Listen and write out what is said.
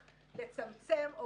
קצין המשטרה,